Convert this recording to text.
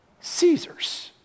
Caesar's